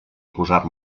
posar